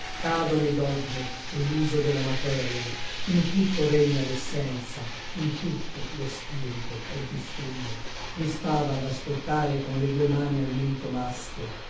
cadono i dogmi e luso della materia in tutto regna lessenza in tutto lo spirito è diffuso mi stava ad ascoltare con le due mani al mento maschio